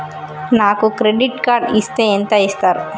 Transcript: నాకు credit card ఇస్తే ఎంత ఇస్తరు?